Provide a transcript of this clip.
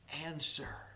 answer